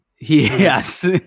Yes